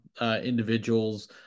individuals